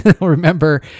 remember